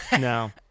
No